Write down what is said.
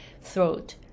throat